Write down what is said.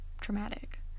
traumatic